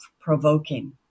provoking